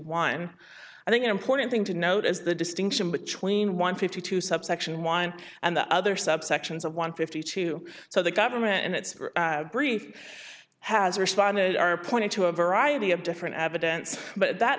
one i think an important thing to note is the distinction between one fifty two subsection one and the other subsections of one fifty two so the government in its brief has responded are pointing to a variety of different evidence but that